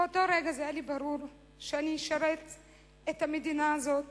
באותו רגע היה לי ברור שאשרת את המדינה הזאת